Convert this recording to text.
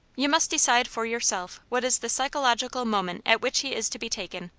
you must decide for yourself what is the psychological moment at which he is to be taken.